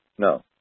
No